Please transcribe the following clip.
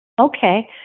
Okay